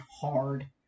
hard